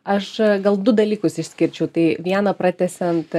aš gal du dalykus išskirčiau tai vieną pratęsiant